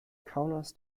kaunas